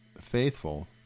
faithful